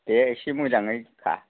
दे एसे मोजाङै खा